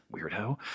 Weirdo